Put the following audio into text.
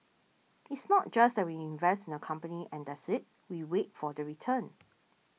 it's not just that we invest in the company and that's it we wait for the return